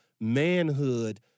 manhood